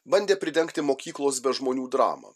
bandė pridengti mokyklos be žmonių dramą